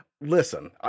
listen